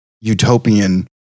utopian